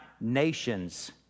nations